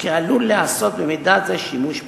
שעלול להיעשות במידע זה שימוש פוגעני.